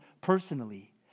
personally